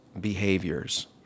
behaviors